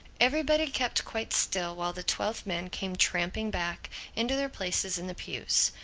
everybody kept quite still while the twelve men came tramping back into their places in the pews.